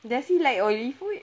does he like oily food